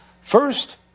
First